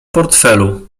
portfelu